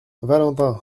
valentin